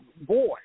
boy